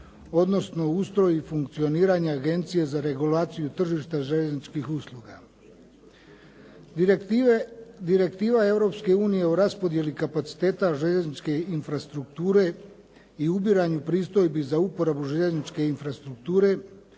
odnosno ustroj i funkcioniranje Agencije za regulaciju tržišta željezničkih usluga. Direktiva Europske unije o rasporedu kapaciteta željezničke infrastrukture i ubiranju pristojbi za uporabu željezničke infrastrukture